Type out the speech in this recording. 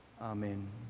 Amen